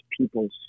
people's